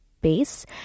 base